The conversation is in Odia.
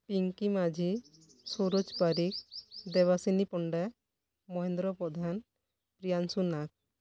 ପିଙ୍କି ମାଝୀ ସୁରଜ୍ ଦେବସିନି ପଣ୍ଡା ମହେନ୍ଦ୍ର ପ୍ରଧାନ ପ୍ରିୟାଂଶୁ ନାକ୍